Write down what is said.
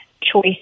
choice